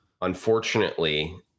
unfortunately